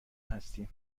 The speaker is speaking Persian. هستیم